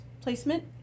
placement